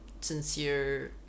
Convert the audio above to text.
sincere